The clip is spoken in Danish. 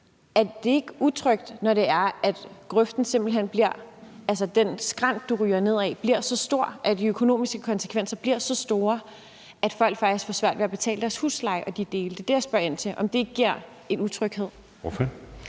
Er det ikke utrygt, når grøften, altså den skrænt, du ryger ned ad, bliver så voldsom, at de økonomiske konsekvenser bliver så store, at folk faktisk får svært ved at betale deres husleje og andet. Det er det, jeg spørger ind til. Giver det ikke en utryghed?